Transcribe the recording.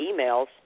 emails